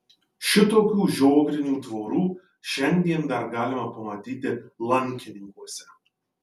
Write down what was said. šitokių žiogrinių tvorų šiandien dar galima pamatyti lankininkuose